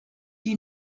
die